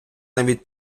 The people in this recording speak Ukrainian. навіть